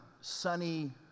sunny